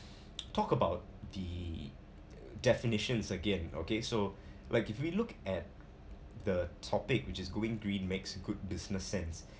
talk about the definitions again okay so like if we look at the topic which is going green makes good business sense